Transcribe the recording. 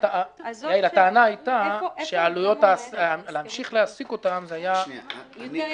הטענה היתה שלהמשיך להעסיק אותם היה יותר יקר.